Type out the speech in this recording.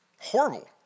Horrible